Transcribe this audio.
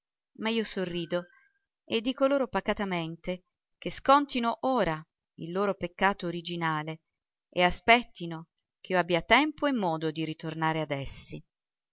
ma io sorrido e dico loro pacatamente che scontino ora il loro peccato originale e aspettino ch'io abbia tempo e modo di ritornare ad essi